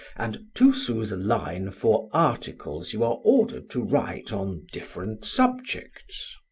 and two sous a line for articles you are ordered to write on different subjects.